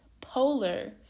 Polar